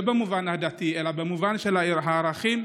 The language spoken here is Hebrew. לא במובן הדתי אלא במובן של הערכים.